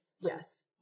yes